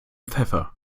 pfeffer